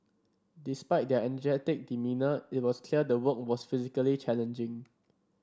despite their energetic demeanour it was clear the work was physically challenging